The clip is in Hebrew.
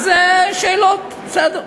אז שאלות, בסדר.